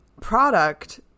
product